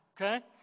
okay